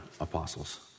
apostles